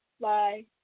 Bye